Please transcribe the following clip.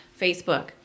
Facebook